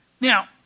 Now